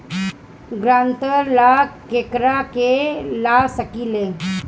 ग्रांतर ला केकरा के ला सकी ले?